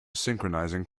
synchronizing